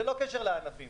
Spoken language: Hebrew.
ללא קשר לענפים